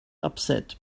upset